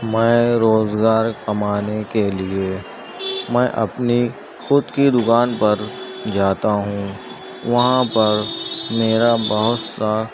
میں روزگار کمانے کے لیے میں اپنی خود کی دکان پر جاتا ہوں وہاں پر میرا بہت سا